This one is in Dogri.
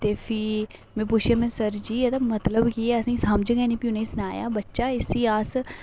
ते फ्ही में पुच्छेआ सर जी एहदा मतलब के असेंगी समझ गै निं फ्ही उ'नें सनाया बच्चा इसी अस